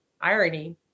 irony